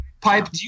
Pipe